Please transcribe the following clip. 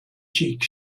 cheek